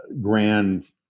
grand